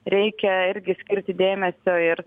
reikia irgi skirti dėmesio ir